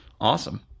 Awesome